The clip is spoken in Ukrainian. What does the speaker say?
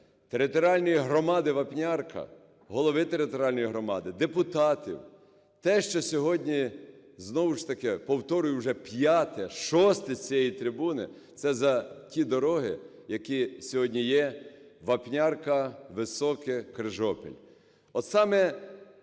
територіальної громади Вапнярка, голови територіальної громади, депутатів, те, що сьогодні, знову ж таки, повторюю вже вп'яте, вшосте, з цієї трибуни, це за ті дороги, які сьогодні є: Вапнярка- Високе-Крижопіль. От, саме